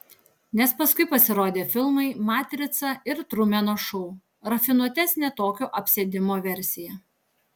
nes paskui pasirodė filmai matrica ir trumeno šou rafinuotesnė tokio apsėdimo versija